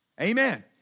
Amen